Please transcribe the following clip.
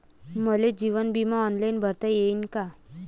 मले जीवन बिमा ऑनलाईन भरता येईन का?